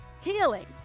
healing